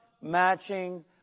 matching